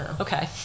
okay